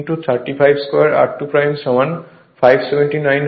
তাহলে 3 35 2 r2 সমান 579 হবে